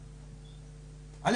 ראשית,